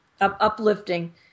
uplifting